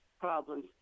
problems